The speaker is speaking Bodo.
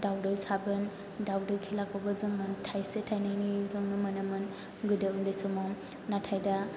दावदै साबोन दावदै खेलाखौबो जोङो थाइसे थाइनैनिजोंनो मोनोमोन गोदो उन्दै समाव नाथाय दा